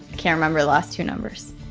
can remember last two numbers.